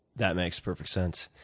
that makes perfect sense.